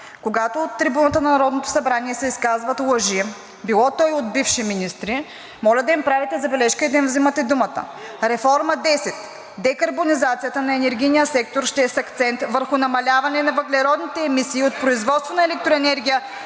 Когато от трибуната на Народното събрание се изказват лъжи, било то и от бивши министри, моля да им правите забележка и да им взимате думата. „Реформа 10 – декарбонизацията на енергийния сектор, ще е с акцент върху намаляване на въглеродните емисии от производство на електроенергия